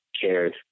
cared